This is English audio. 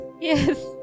yes